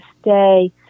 stay